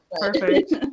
perfect